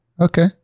Okay